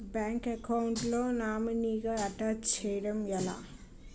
Bank account లో నామినీగా attach చేయడం ఎలా?